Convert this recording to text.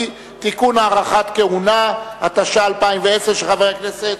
(תיקון, הארכת כהונה), התש"ע 2010, של חבר הכנסת